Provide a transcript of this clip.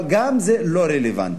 אבל גם זה לא רלוונטי.